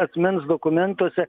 asmens dokumentuose